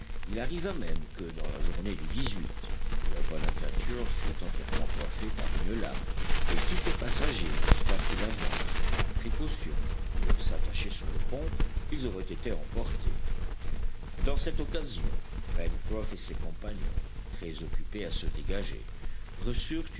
il arriva même que dans la journée du le bonadventure fut entièrement coiffé par une lame et si ses passagers n'eussent pas pris d'avance la précaution de s'attacher sur le pont ils auraient été emportés dans cette occasion pencroff et ses compagnons très occupés à se dégager